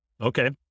okay